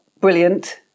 brilliant